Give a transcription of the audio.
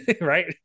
Right